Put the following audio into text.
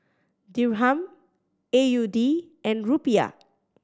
Dirham A U D and Rupiah